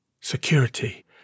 Security